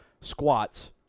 squats